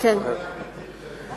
טיבי צריך להודות.